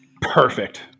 perfect